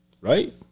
right